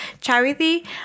charity